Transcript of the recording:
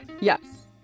yes